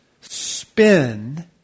spin